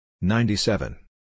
ninety-seven